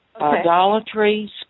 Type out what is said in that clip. Idolatry